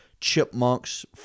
chipmunks